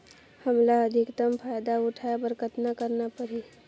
हमला अधिकतम फायदा उठाय बर कतना करना परही?